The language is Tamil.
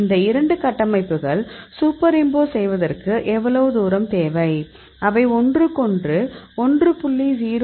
இந்த இரண்டு கட்டமைப்புகள் சூப்பர்இம்போஸ் செய்வதற்கு எவ்வளவு தூரம் தேவை அவை ஒன்றுக்கொன்று 1